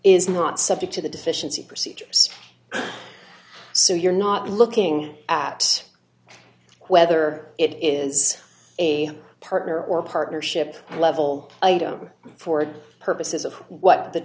is not subject to the deficiency procedures so you're not looking at whether it is a partner or partnership level item for purposes of what the